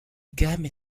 gamme